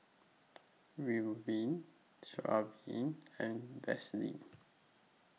Ridwind Sigvaris and Vaselin